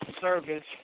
service